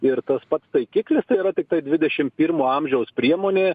ir tas pats taikiklis tai yra tiktai dvidešim pirmo amžiaus priemonė